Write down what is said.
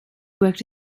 worked